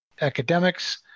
academics